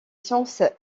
sciences